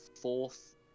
fourth